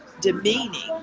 demeaning